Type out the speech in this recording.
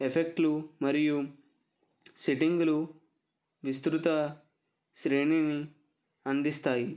ఎఫెక్టులు మరియు సెట్టింగులు విస్తృత శ్రేణిని అందిస్తాయి